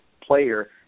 player